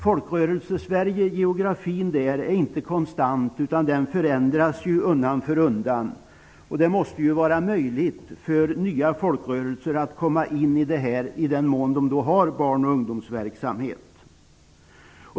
Folkrörelsesveriges geografi är inte konstant utan förändras undan för undan, och det måste vara möjligt för nya folkrörelser att komma in i detta sammanhang i den mån som de bedriver barn och ungdomsverksamhet.